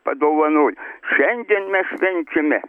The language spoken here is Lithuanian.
padovanojo šiandien mes švenčiame